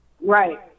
right